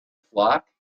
flock